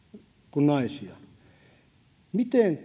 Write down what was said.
kuin naisia miten